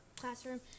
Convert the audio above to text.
classroom